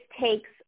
takes